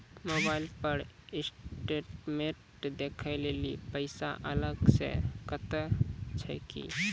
Mobile पर statement देखे लेली पैसा अलग से कतो छै की?